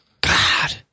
god